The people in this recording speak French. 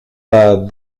pas